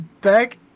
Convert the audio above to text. back